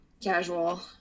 casual